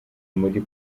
muri